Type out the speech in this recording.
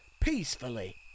peacefully